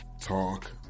Talk